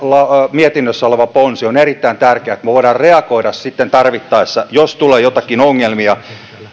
mietinnössä oleva ponsi on erittäin tärkeä että me voimme reagoida sitten tarvittaessa jos tulee jotakin ongelmia